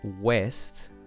West